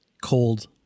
cold